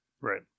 right